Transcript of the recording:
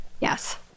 Yes